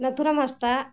ᱱᱟᱹᱛᱷᱩᱨᱟᱢ ᱦᱟᱸᱥᱫᱟ